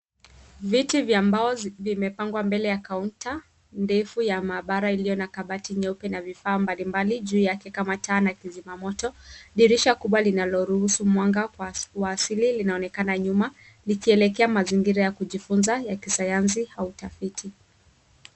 Viti vya mbao vimepangwa mbele yakaunta ndefu ya maabara iliyo na kabati ndefu na vifaa mbalimbali juu yake kama taa na kizima moto. Dirisha kubwa linaloruhusu mwanga wa asili linaonekana nyuma likielekea mazingira ya kujifunza ya kisayansi au utafiti.